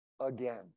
again